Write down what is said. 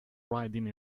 riding